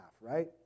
right